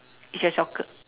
it's your soccer